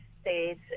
states